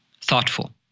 thoughtful